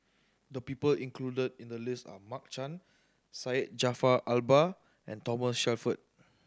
the people included in the list are Mark Chan Syed Jaafar Albar and Thomas Shelford